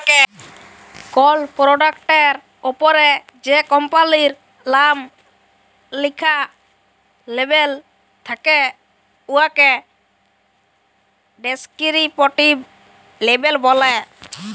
call পরডাক্টের উপরে যে কম্পালির লাম লিখ্যা লেবেল থ্যাকে উয়াকে ডেসকিরিপটিভ লেবেল ব্যলে